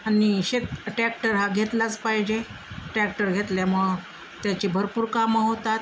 आणि शेत टॅक्टर हा घेतलाच पाहिजे टॅक्टर घेतल्यामुळं त्याची भरपूर कामं होतात